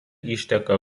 išteka